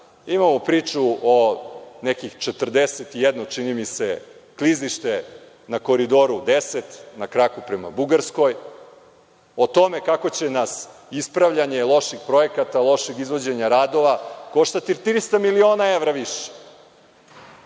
imamo priču o nekih 41, čini mi se, klizište na Koridoru 10, na kraku prema Bugarskoj, o tome kako će nas ispravljanje loših projekata, lošeg izvođenja radova koštati 300 miliona evra više.